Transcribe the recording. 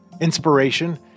inspiration